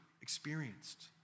experienced